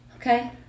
Okay